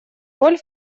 роль